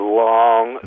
long